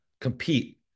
compete